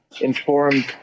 informed